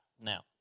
Now